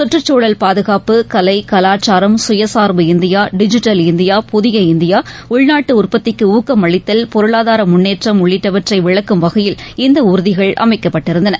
சுற்றுச்சூழல் பாதுகாப்பு கலை கலாச்சாரம் கயசார்பு இந்தியா டிஜிட்டல் இந்தியா புதிய இந்தியா உள்நாட்டுஉற்பத்திக்குஊக்கம் அளித்தல் பொருளாதாரமுன்னேற்றம் உள்ளிட்டவற்றைவிளக்கும் வகையில் இந்தஊர்திகள் அமைக்கப்பட்டிருந்தன